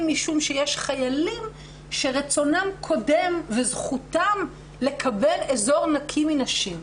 משום שיש חיילים שרצונם קודם וזכותם לקבל אזור נקי מנשים.